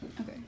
Okay